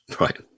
Right